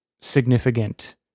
significant